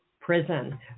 prison